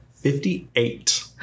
Fifty-eight